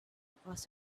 across